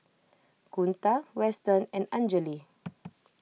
Kunta Weston and Anjali